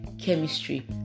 chemistry